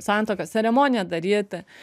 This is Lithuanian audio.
santuoką ceremoniją daryti